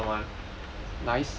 I killed someone